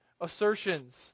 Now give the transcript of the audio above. assertions